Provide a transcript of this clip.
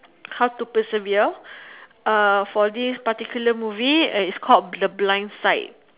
how to persevere uh for this particular movie is called the blind side